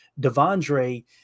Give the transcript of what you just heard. Devondre